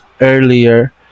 earlier